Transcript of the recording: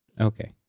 Okay